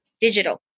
digital